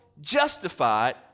justified